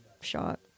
shot